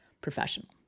professional